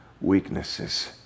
weaknesses